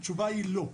התשובה היא לא.